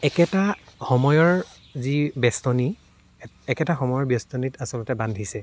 একেটা সময়ৰ যি বেষ্টনী একেটা সময়ৰ বেষ্টনীত আচলতে বান্ধিছে